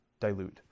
Dilute